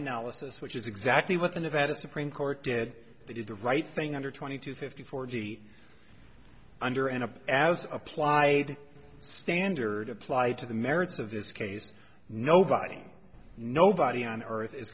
analysis which is exactly what the nevada supreme court did they did the right thing under twenty two fifty forty under and as applied standard applied to the merits of this case nobody nobody on earth is